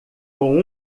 com